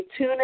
TuneIn